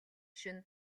шөнө